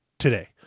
today